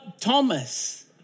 Thomas